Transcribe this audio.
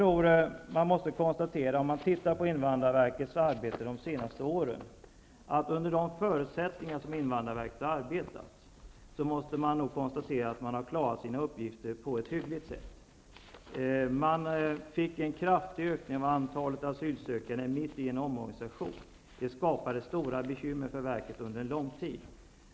Om man ser på invandrarverkets arbete under de senaste åren, kan man konstatera att invandrarverket har klarat sina uppgifter på ett hyggligt sätt med hänsyn till de förutsättningar som man har haft. Man fick en kraftig ökning av antalet asylsökande mitt under en omorganisation, vilket skapade stora bekymmer för verket under lång tid.